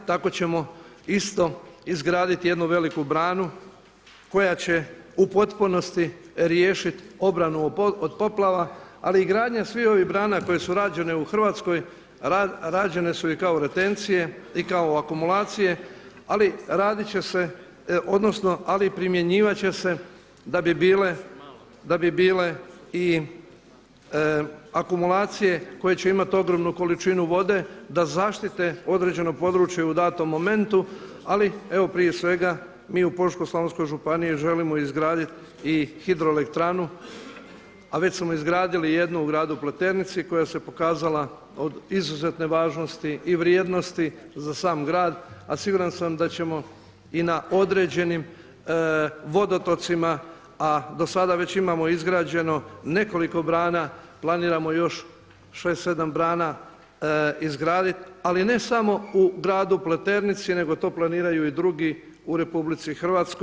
Tako ćemo isto izgraditi jednu veliku branu koja će u potpunosti riješiti obranu od poplava ali i gradnja sviju ovih brana koje su rađene u Hrvatskoj rađene su i kao retencije i kao akumulacije ali radit će se odnosno ali i primjenjivat će se da bi bile i akumulacije koje će imati ogromnu količinu vode da zaštite određeno područje u datom momentu, ali evo prije svega mi u Požeško-slavonskoj županiji želimo izgraditi i hidroelektranu a već smo izgradili jednu u Gradu Pleternici koja se pokazala od izuzetne važnosti i vrijednosti za sam grad a siguran sam da ćemo i na određenim vodotocima, a dosada već imao izgrađeno nekoliko brana, planiramo još 6, 7 brana izgraditi ali ne samo u Gradu Pleternici nego to planiraju i drugi u RH.